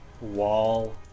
wall